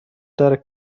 دارد